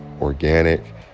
organic